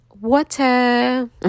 Water